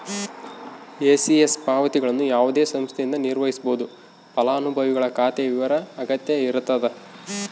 ECS ಪಾವತಿಗಳನ್ನು ಯಾವುದೇ ಸಂಸ್ಥೆಯಿಂದ ನಿರ್ವಹಿಸ್ಬೋದು ಫಲಾನುಭವಿಗಳ ಖಾತೆಯ ವಿವರ ಅಗತ್ಯ ಇರತದ